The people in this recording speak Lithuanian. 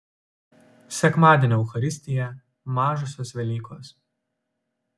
sekmadienio eucharistija mažosios velykos